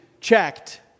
checked